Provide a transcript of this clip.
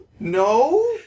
No